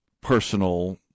personal